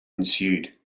ensued